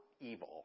evil